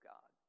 God